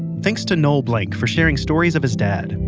thanks to noel blanc for sharing stories of his dad.